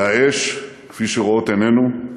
והאש, כפי שרואות עינינו,